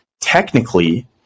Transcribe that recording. Technically